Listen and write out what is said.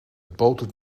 botert